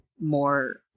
more